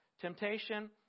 Temptation